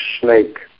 snake